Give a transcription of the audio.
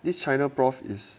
this China prof is